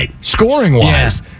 scoring-wise